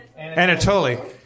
Anatoly